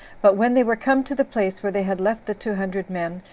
but when they were come to the place where they had left the two hundred men,